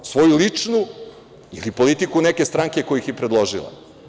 Svoju ličnu ili politiku neke stranke koja ih je predložila?